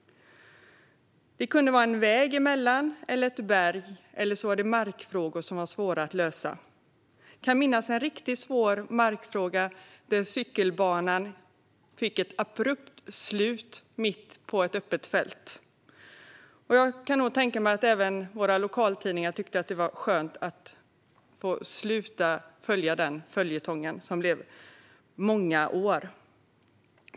Det kunde vara en väg eller ett berg som låg emellan, eller så var det markfrågor som var svåra att lösa. Jag kan minnas en riktigt svår markfråga som gjorde att cykelbanan fick ett abrupt slut mitt på ett öppet fält. Jag kan nog tänka mig att även våra lokaltidningar tyckte att det var skönt att få sluta följa denna följetong som pågick i många år.